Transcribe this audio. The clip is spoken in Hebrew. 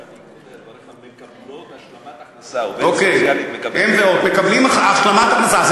עובדים סוציאליים מקבלים השלמת הכנסה.